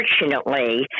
unfortunately